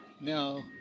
no